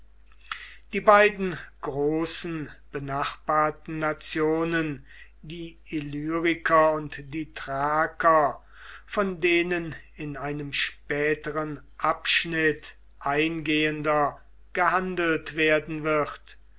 die beiden großen benachbarten nationen die illyriker und die thraker von denen in einem späteren abschnitt eingehender gehandelt werden wird